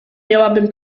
miałabym